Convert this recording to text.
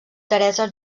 teresa